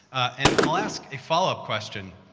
and i'll ask a follow-up question.